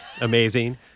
amazing